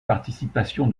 participation